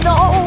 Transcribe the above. no